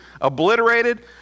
obliterated